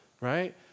right